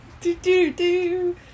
Do-do-do